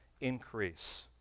increase